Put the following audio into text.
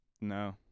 No